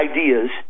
Ideas